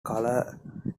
colour